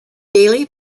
daily